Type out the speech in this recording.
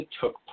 took